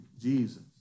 Jesus